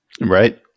right